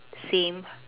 same